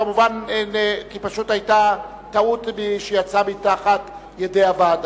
פשוט היתה טעות שיצאה מתחת ידי הוועדה.